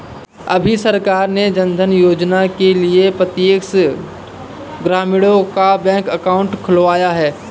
अभी सरकार ने जनधन योजना के लिए प्रत्येक ग्रामीणों का बैंक अकाउंट खुलवाया है